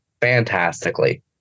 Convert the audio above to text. fantastically